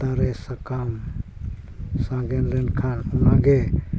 ᱫᱟᱨᱮ ᱥᱟᱠᱟᱢ ᱥᱟᱜᱮᱱ ᱞᱮᱱᱠᱷᱟᱱ ᱚᱱᱟᱜᱮ